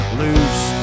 loose